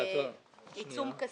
עיצום כספי.